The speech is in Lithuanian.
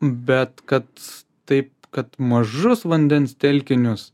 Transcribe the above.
bet kad taip kad mažus vandens telkinius